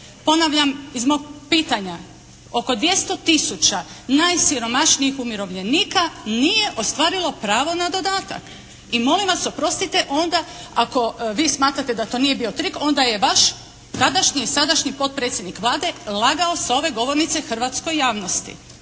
Ponavljam iz mog pitanja oko 200 tisuća najsiromašnijih umirovljenika nije ostvarilo pravo na dodatak. I molim vas, oprostite onda ako vi smatrate da to nije bio trik onda je vaš tadašnji i sadašnji potpredsjednik Vlade lagao sa ove govornice hrvatskoj javnosti.